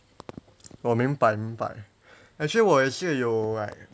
我明白明白 actually 我也是有 like